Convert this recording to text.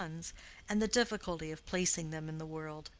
and the difficulty of placing them in the world.